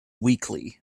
weekly